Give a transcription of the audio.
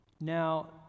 Now